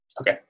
Okay